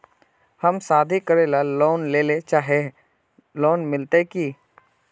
हम शादी करले लोन लेले चाहे है लोन मिलते की?